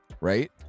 Right